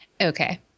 Okay